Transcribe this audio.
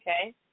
okay